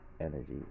energy